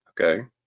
Okay